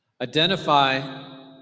Identify